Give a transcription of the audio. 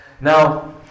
Now